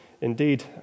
indeed